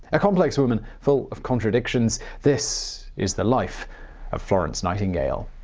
a complex woman full of contradictions, this is the life of florence nightingale.